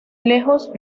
lejos